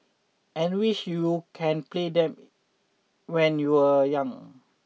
and wish you can play them when you were young